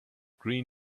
green